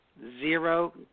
Zero